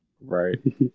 right